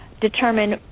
determine